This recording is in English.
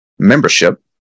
Membership